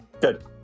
Good